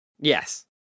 Yes